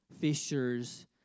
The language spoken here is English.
fishers